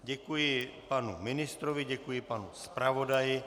Děkuji panu ministrovi, děkuji panu zpravodaji.